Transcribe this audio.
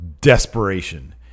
desperation